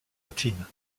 latine